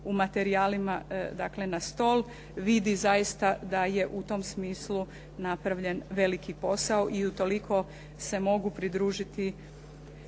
u materijalima dakle na stol vidi zaista da je u tom smislu napravljen veliki posao i utoliko se mogu pridružiti